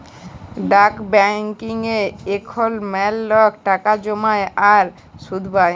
ডাক ব্যাংকিংয়ে এখল ম্যালা লক টাকা জ্যমায় আর সুদ পায়